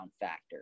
factor